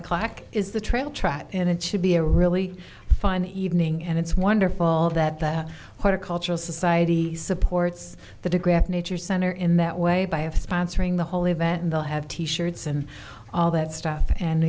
o'clock is the trail track and it should be a really fun evening and it's wonderful that the horticultural society supports the digraph nature center in that way by a sponsoring the whole event and they'll have t shirts and all that stuff and